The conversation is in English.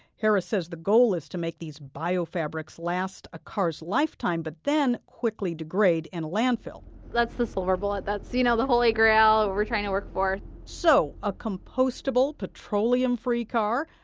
harris says the goal is to make these bio-fabrics last a car's lifetime, but then quickly degrade in and a landfill that's the silver bullet that's the you know the holy grail we're trying to work for so, a compostable, petroleum-free car?